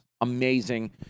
Amazing